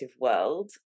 world